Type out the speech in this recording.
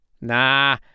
Nah